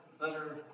better